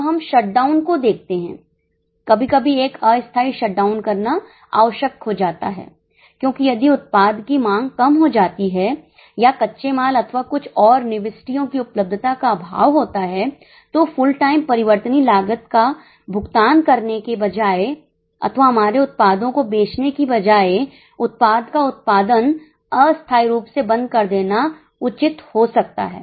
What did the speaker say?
अब हम shutdown को देखते हैं कभी कभी एक अस्थायी शटडाउन करना आवश्यक हो जाता है क्योंकि यदि उत्पाद की मांग कम हो जाती है या कच्चे माल अथवा कुछ और निविष्टियों की उपलब्धता का अभाव होता है तो फुल टाइम परिवर्तनीय लागत का भुगतान करने के बजाय अथवा हमारे उत्पादों को बेचने की बजाय उत्पाद का उत्पादन अस्थाई रूप से बंद कर देना उचित हो सकता है